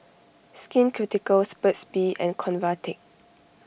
Skin Ceuticals Burt's Bee and Convatec